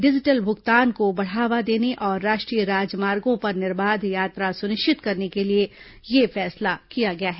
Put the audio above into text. digital भुगतान को बढ़ावा देने और राष्ट्रीय राजमार्गो पर निर्वाध यात्रा सुनिश्चित करने के लिए यह फैसला किया गया है